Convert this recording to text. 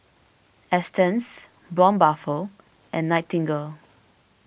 Astons Braun Buffel and Nightingale